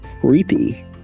creepy